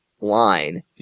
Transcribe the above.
line